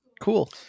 cool